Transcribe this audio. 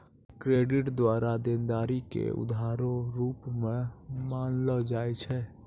credit द्वारा देनदारी के उधारो रूप मे मानलो जाय छै